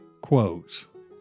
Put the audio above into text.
Quote